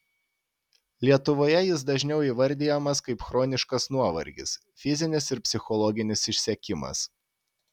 lietuvoje jis dažniau įvardijamas kaip chroniškas nuovargis fizinis ir psichologinis išsekimas